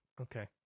Okay